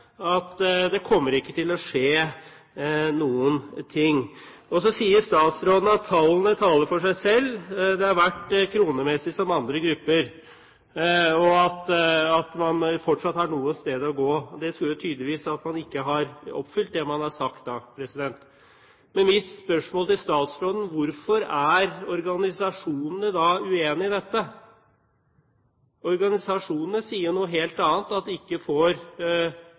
det ikke kommer til å skje noen ting. Så sier statsråden at tallene taler for seg, at det kronemessig har vært som for andre grupper, og at man fortsatt har en vei å gå. Det kunne da tyde på at man ikke har oppfylt det man har sagt. Mitt spørsmål til statsråden er: Hvorfor er organisasjonene da uenige i dette? Organisasjonene sier noe helt annet, at de ikke får